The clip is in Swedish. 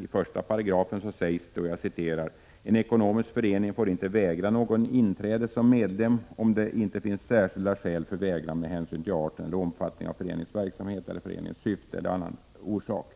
I 1 § sägs: ”En ekonomisk förening får inte vägra någon inträde som medlem, om det inte finns särskilda skäl för vägran med hänsyn till arten eller omfattningen av föreningens verksamhet eller föreningens syfte eller annan orsak.”